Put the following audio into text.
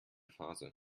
phase